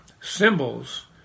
symbols